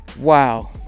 Wow